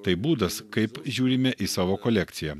tai būdas kaip žiūrime į savo kolekciją